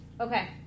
Okay